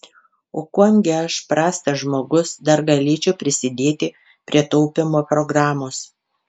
o kuom gi aš prastas žmogus dar galėčiau prisidėti prie taupymo programos